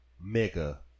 Mega